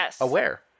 aware